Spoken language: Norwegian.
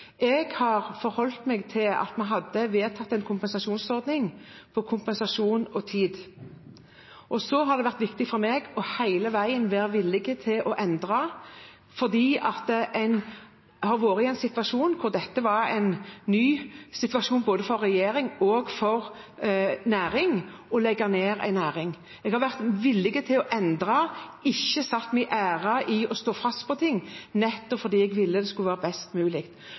har jeg forholdt meg til at det var vedtatt en kompensasjonsordning for kompensasjon og tid. Så har det vært viktig for meg hele veien å være villig til å endre, for det å legge ned en næring har vært en ny situasjon – for både regjering og næring. Jeg har vært villig til å endre, jeg har ikke satt min ære i å stå fast på noe, fordi jeg ville at det skulle bli best mulig.